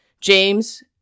James